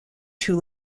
two